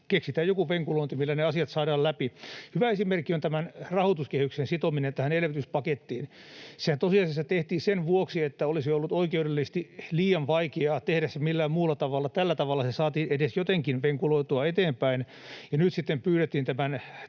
keksitään joku venkulointi, millä ne asiat saadaan läpi. Hyvä esimerkki on rahoituskehityksen sitominen tähän elpymispakettiin. Sehän tosiasiassa tehtiin sen vuoksi, että olisi ollut oikeudellisesti liian vaikeaa tehdä se millään muulla tavalla. Tällä tavalla se saatiin edes jotenkin venkuloitua eteenpäin, ja nyt sitten pyydettiin tämän